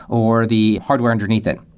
or the hardware underneath it?